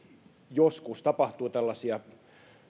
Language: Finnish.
joskus tapahtuu tällaisia